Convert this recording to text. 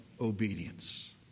obedience